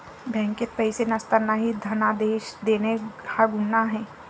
बँकेत पैसे नसतानाही धनादेश देणे हा गुन्हा आहे